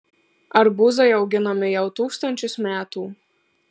arbūzai auginami jau tūkstančius metų